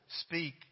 speak